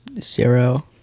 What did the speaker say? Zero